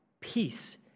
peace